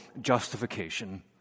justification